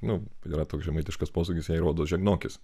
nu yra toks žemaitiškas posakis jei rodos žegnokis